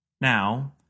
Now